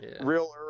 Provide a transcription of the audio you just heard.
Real